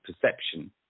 perception